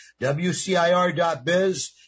WCIR.biz